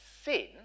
sin